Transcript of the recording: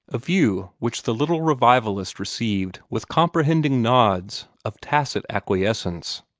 a view which the little revivalist received with comprehending nods of tacit acquiescence.